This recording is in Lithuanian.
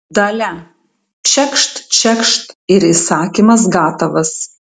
dalia čekšt čekšt ir įsakymas gatavas